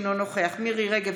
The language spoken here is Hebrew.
אינו נוכח מירי מרים רגב,